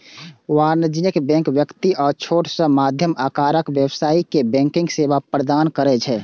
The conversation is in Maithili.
वाणिज्यिक बैंक व्यक्ति आ छोट सं मध्यम आकारक व्यवसायी कें बैंकिंग सेवा प्रदान करै छै